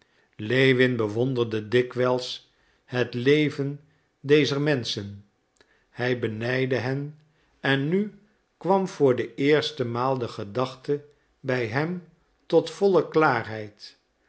lewin bewonderde dikwijls het leven dezer menschen hij benijdde hen en nu kwam voor de eerste maal de gedachte bij hem tot volle klaarheid